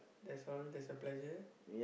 that's all that's a pleasure